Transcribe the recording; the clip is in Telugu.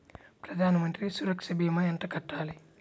ప్రధాన మంత్రి సురక్ష భీమా ఎంత కట్టాలి?